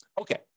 Okay